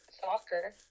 soccer